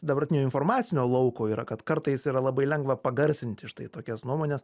dabartinio informacinio lauko yra kad kartais yra labai lengva pagarsinti štai tokias nuomones